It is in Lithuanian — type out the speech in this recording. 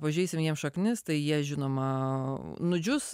pažeisime jiems šaknis tai jie žinoma nudžius